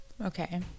okay